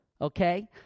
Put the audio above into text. okay